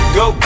go